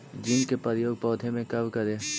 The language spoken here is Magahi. जिंक के प्रयोग पौधा मे कब करे?